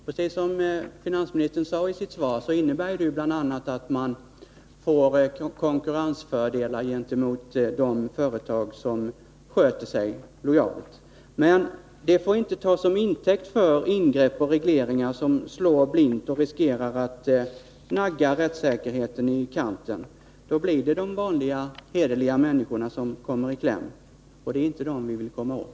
Precis som finansministern sade i sitt svar innebär deras handlande bl.a. att de får konkurrensfördelar gentemot de företag som uppför sig lojalt. Men det får inte tas till intäkt för ingrepp och regleringar som slår blint och riskerar att nagga rättssäkerheten i kanten. Då blir det de vanliga hederliga människorna som kommer i kläm, och det är inte dem vi vill komma åt.